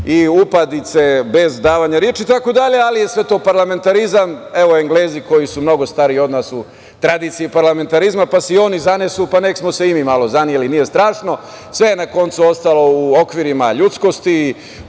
i upadice bez davanja reči, ali je sve to parlamentarizam. Evo, Englezi, koji su mnogo stariji od nas u tradiciji parlamentarizma, pa se i oni zanesu, pa nek smo se i mi malo zaneli, nije strašno. Sve je, na koncu, ostalo u okvirima ljudskosti.